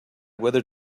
whether